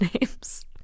names